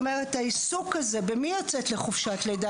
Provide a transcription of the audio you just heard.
העיסוק הזה במי יוצאת לחופשת לידה,